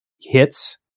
hits